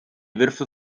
würfel